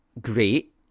great